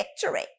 victory